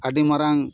ᱟᱹᱰᱤ ᱢᱟᱨᱟᱝ